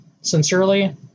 Sincerely